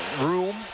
room